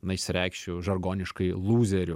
na išsireikšiu žargoniškai lūzerių